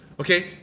Okay